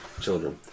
children